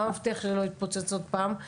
מה מבטיח שלא יתפוצץ עוד פעם?